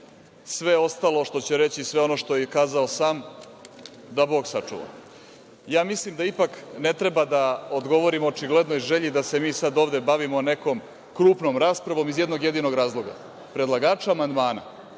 sve ostalo, što će reći, sve ono što je i kazao sam, da Bog sačuva. Mislim da ipak ne treba da odgovorimo očiglednoj želji da se mi sad ovde bavimo nekom krupnom raspravom iz jednog jedinog razloga. Predlagača amandmana